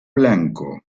blanco